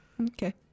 Okay